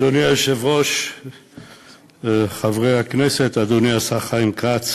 תודה לחברי הכנסת שהשתתפו בדיוני הוועדה.